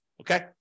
okay